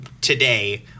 today